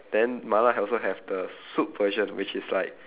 then mala have also have the soup version which is like